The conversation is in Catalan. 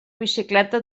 bicicleta